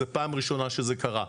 זה פעם ראשונה שזה קרה.